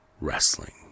wrestling